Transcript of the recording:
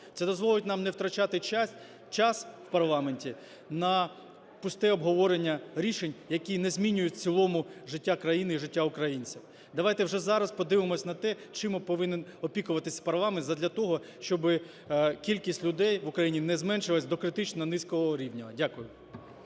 це дозволить нам не втрачати час у парламенті на пусте обговорення рішень, які не змінюють в цілому життя країни і життя українців. Давайте вже зараз подивимося на те, чим повинен опікуватися парламент задля того, щоби кількість людей в країні не зменшилася до критично низького рівня. Дякую.